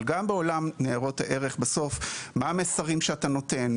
אבל גם בעולם של ניירות ערך מה המסרים שאתה נותן?